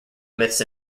myths